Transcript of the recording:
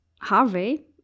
Harvey